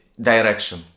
direction